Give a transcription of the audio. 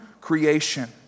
creation